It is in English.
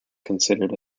considered